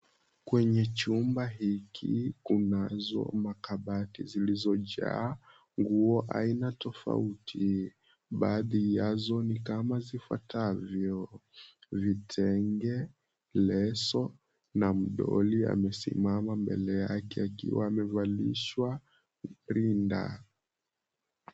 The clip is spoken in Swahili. Kwenye chumba hiki kunazo makabati zilizojaa nguo aina tofauti. Baadhi yazo ni kama zifuatavyo: vitenge, leso na mdoli amesimama mbele yake akiwa amevalishwa rinda.